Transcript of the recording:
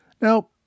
Now